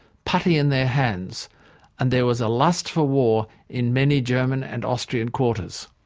putty in their hands and there was a lust for war in many german and austrian quarters.